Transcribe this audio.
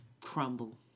crumble